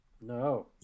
No